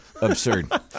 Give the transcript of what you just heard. absurd